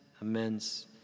immense